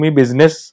business